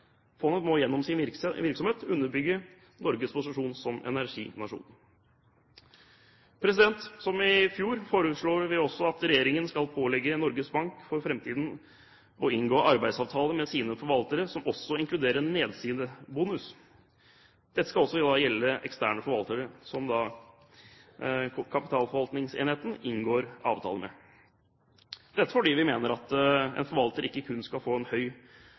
Fondet må gjennom sin virksomhet underbygge Norges posisjon som energinasjon. Som i fjor foreslår vi også at regjeringen skal pålegge Norges Bank for framtiden å inngå arbeidsavtaler med sine forvaltere som også inkluderer nedsidebonus. Dette skal også gjelde eksterne forvaltere som kapitalforvaltningsenheten inngår avtale med, fordi vi mener at en forvalter ikke kun skal få høy bonus og høy